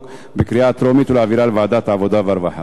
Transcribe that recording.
בקריאה טרומית ולהעבירה לוועדת העבודה והרווחה.